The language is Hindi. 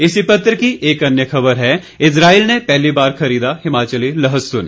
इसी पत्र की एक अन्य खबर है इज़राइल ने पहली बार खरीदा हिमाचली लहसुन